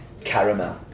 caramel